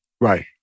Right